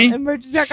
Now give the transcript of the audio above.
emergency